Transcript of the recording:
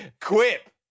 quip